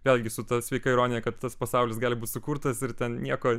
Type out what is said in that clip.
vėlgi su ta sveika ironija kad tas pasaulis gali būti sukurtas ir ten nieko